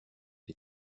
les